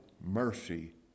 mercy